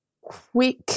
quick